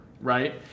right